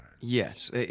Yes